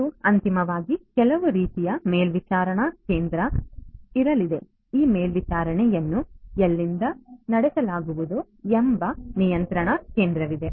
ಮತ್ತು ಅಂತಿಮವಾಗಿ ಕೆಲವು ರೀತಿಯ ಮೇಲ್ವಿಚಾರಣಾ ಕೇಂದ್ರ ಇರಲಿದೆ ಈ ಮೇಲ್ವಿಚಾರಣೆಯನ್ನು ಎಲ್ಲಿಂದ ನಡೆಸಲಾಗುವುದು ಎಂಬ ನಿಯಂತ್ರಣ ಕೇಂದ್ರವಿದೇ